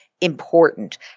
important